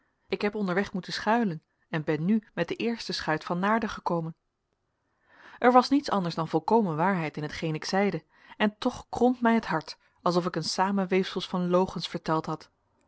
ik heb onderweg moeten schuilen en ben nu met de eerste schuit van naarden gekomen er was niets anders dan volkomen waarheid in hetgeen ik zeide en toch kromp mij het hart alsof ik een samenweefsel van logens verteld had